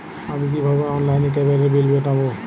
আমি কিভাবে অনলাইনে কেবলের বিল মেটাবো?